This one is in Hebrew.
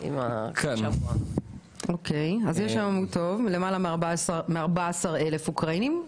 אז יש היום למעלה מ-14,000 אוקראינים.